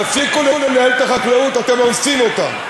תפסיקו לנהל את החקלאות, אתם הורסים אותה.